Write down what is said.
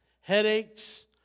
headaches